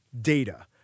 data